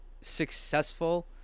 successful